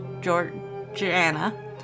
Georgiana